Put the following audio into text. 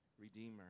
redeemer